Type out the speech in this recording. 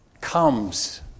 comes